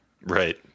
right